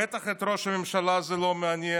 בטח את ראש הממשלה זה לא מעניין,